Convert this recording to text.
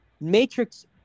matrix